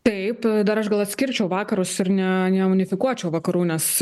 taip dar aš gal atskirčiau vakarus ir ne neunifikuočiau vakarų nes